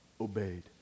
obeyed